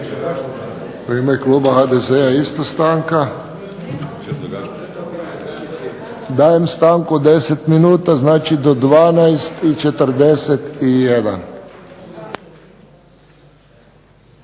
U ime kluba HDZ-a isto stanka. Dajem stanku od 10 minuta. Znači do 12,41.